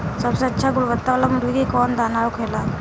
सबसे अच्छा गुणवत्ता वाला मुर्गी के कौन दाना होखेला?